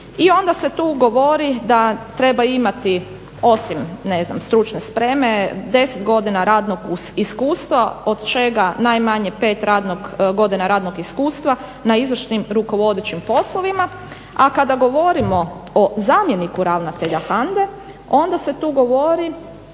i onda se tu govori da treba imati osim stručne spreme deset godina radnog iskustva od čega od najmanje pet godina radnog iskustva na izvršnim rukovodećim poslovima a kada govorimo o zamjeniku ravnatelja HANDA-e onda se tu govori